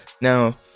Now